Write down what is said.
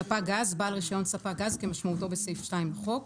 "ספק גז" בעל רישיון ספק גז כמשמעותו בסעיף 2 לחוק,